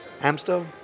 Amstel